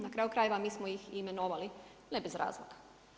Na kraju krajeva mi smo ih imenovali, ne bez razloga.